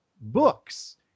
books